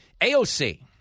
AOC